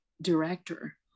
director